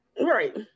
Right